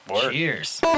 Cheers